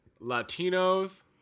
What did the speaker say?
Latinos